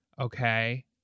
okay